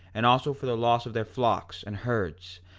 and also for the loss of their flocks and herds,